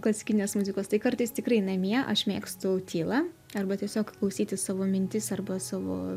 klasikinės muzikos tai kartais tikrai namie aš mėgstu tylą arba tiesiog klausyti savo mintis arba savo